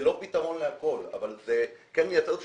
זה לא פתרון לכל אבל זה כן מייצר איזושהי